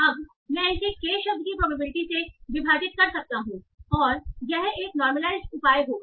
अब मैं इसे के शब्द की प्रोबेबिलिटी से विभाजित कर सकता हूं और यह एक नॉर्मलाइज्ड उपाय होगा